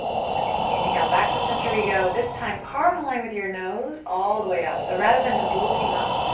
just kidding. inhale, back to center we go. this time, carve a line with your nose all the way up. so rather than just looking up,